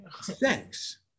sex